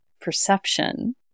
perception